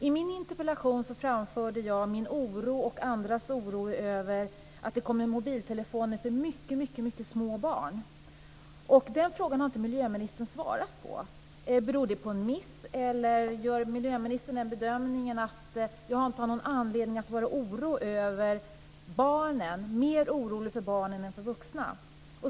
I min interpellation framförde jag min oro och andras oro över att det kommer mobiltelefoner för mycket små barn. Den frågan har miljöministern inte svarat på. Beror det på en miss, eller gör miljöministern den bedömningen att jag inte har någon anledning att vara mer orolig för barnen än för de vuxna?